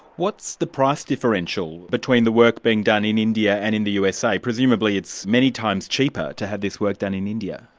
what's the price differential between the work being done in india and in the usa? presumably it's many times cheaper to have this work done in india.